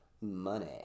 money